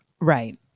Right